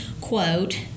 quote